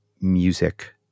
music